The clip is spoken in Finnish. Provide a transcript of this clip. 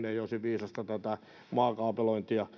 ei olisi viisasta tätä maakaapelointia